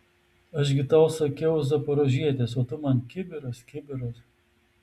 aš gi tau sakiau zaporožietis o tu man kibiras kibiras